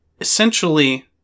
essentially